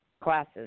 classes